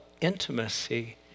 intimacy